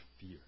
fear